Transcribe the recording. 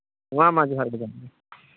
ᱢᱟ ᱢᱟ ᱡᱚᱦᱟᱨ ᱜᱮ ᱡᱚᱦᱟᱨ ᱜᱮ